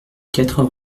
quatre